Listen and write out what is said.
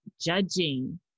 judging